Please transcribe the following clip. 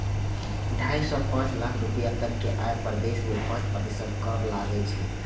ढाइ सं पांच लाख रुपैया तक के आय पर देश मे पांच प्रतिशत कर लागै छै